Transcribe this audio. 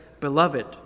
Beloved